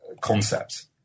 concepts